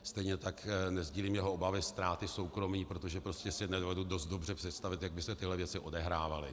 Stejně tak nesdílím jeho obavy ze ztráty soukromí, protože si nedovedu dost dobře představit, jak by se tyhle věci odehrávaly.